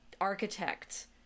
architects